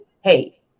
hey